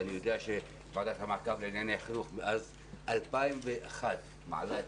ואני יודע שוועדת המעקב לענייני חינוך מאז 2001 מעלה את